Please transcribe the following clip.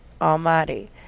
almighty